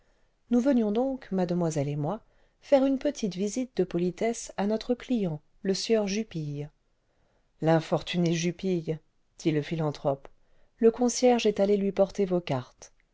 mademoiselle venions donc mademoiselle et les prisonniers de la maison centrale en promenade moi faire une petite visite de politesse à notre client le sieur jupille l'infortuné jupille dit le philanthrope le concierge est allé lui porter vos cartes